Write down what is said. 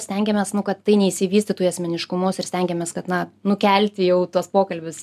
stengiamės nu kad tai neišsivystytų į asmeniškumus ir stengiamės kad na nukelti jau tuos pokalbius